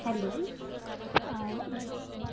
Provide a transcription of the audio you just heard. hello नमस्कार